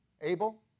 Abel